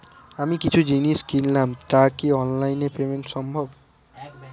আমি কিছু জিনিস কিনলাম টা কি অনলাইন এ পেমেন্ট সম্বভ?